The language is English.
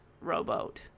rowboat